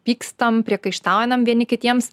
pykstam priekaištaunam vieni kitiems